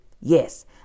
Yes